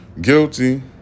guilty